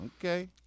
Okay